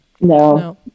No